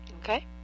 Okay